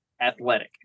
athletic